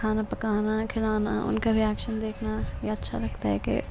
کھانا پکانا کھلانا ان کا ریئیکشن دیکھنا یہ اچھا لگتا ہے کہ